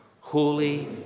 Holy